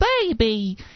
baby